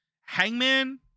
Hangman